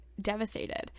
devastated